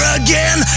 again